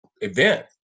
event